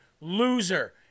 loser